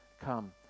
come